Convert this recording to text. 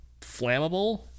flammable